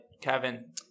Kevin